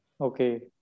Okay